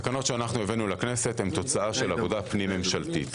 התקנות שהבאנו לכנסת הן תוצאה של עבודה פנים ממשלתית.